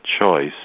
choice